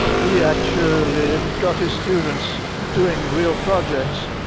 he actually got his students doing real projects.